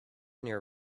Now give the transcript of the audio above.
near